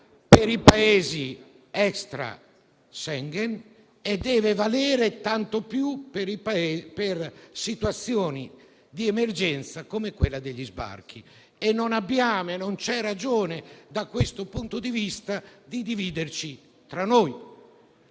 per i Paesi extra-Schengen e, tanto più, per le situazioni di emergenza come quella appunto degli sbarchi. Non c'è ragione, da questo punto di vista, di dividerci tra noi,